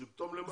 סימפטום למה?